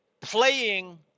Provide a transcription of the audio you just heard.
playing